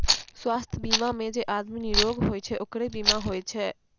स्वास्थ बीमा मे जे आदमी निरोग होय छै ओकरे बीमा होय छै